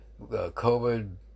covid